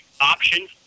Option